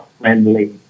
friendly